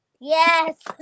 Yes